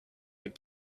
but